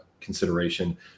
consideration